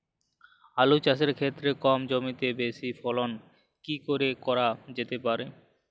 আলু চাষের ক্ষেত্রে কম জমিতে বেশি ফলন কি করে করা যেতে পারে?